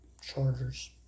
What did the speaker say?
Chargers